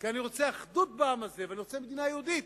כי אני רוצה אחדות בעם הזה ואני רוצה מדינה יהודית.